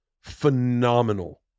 phenomenal